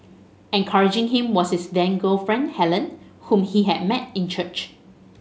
encouraging him was his then girlfriend Helen whom he had met in church